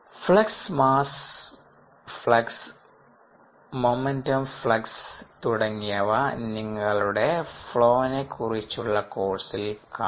flux mass flux momentum flux തുടങ്ങിയവ നിങ്ങളുടെ ഫ്ളോനെ കുറിച്ചുള്ള കോഴ്സിൽ കാണാം